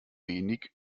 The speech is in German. wenig